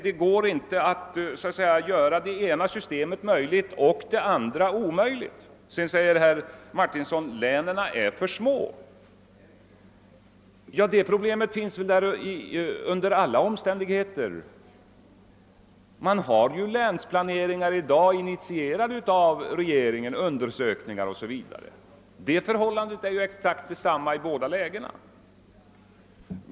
Det går inte att göra det ena systemet möjligt och det andra omöjligt. Vidare förklarar herr Martinsson att länen är för små. Det problemet finns väl under alla omständigheter. Man har i dag länsplaneringar och undersökningar, initierade av regeringen. Det förhållandet är exakt detsamma i båda lägena.